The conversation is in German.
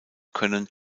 können